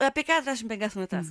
apie keturiasdešim penkias minutes